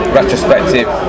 retrospective